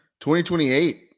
2028